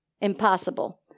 Impossible